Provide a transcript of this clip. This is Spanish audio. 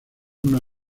una